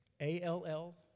A-L-L